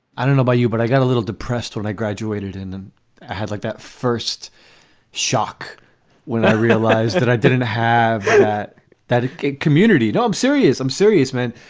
i don't know about you, but i got a little depressed when i graduated and and i had like that first shock when i realized that i didn't have that that community. no, i'm serious. i'm serious, man.